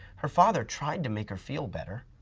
her father tried to make her feel better.